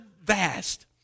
vast